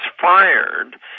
fired